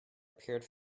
appeared